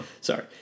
sorry